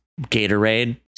gatorade